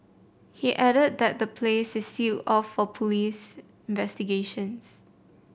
he added that the place is sealed of police investigations